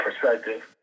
perspective